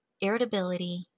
irritability